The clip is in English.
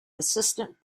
assistant